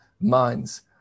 minds